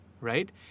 right